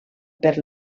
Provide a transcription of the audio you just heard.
per